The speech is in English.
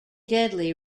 deadly